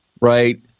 right